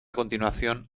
continuación